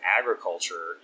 agriculture